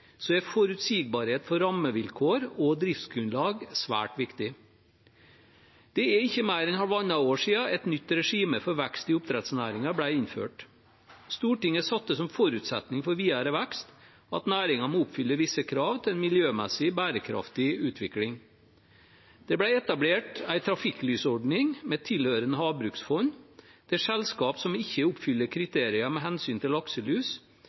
så stor betydning for norsk økonomi og for sysselsetting og verdiskaping i Distrikts-Norge er forutsigbarhet for rammevilkår og driftsgrunnlag svært viktig. Det er ikke mer enn halvannet år siden et nytt regime for vekst i oppdrettsnæringen ble innført. Stortinget satte som forutsetning for videre vekst at næringen må oppfylle visse krav til en miljømessig bærekraftig utvikling. Det ble etablert en trafikklysordning med tilhørende havbruksfond, der selskaper som ikke oppfyller kriterier med hensyn